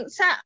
sa